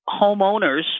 homeowners